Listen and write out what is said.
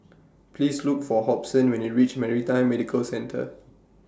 Please Look For Hobson when YOU REACH Maritime Medical Centre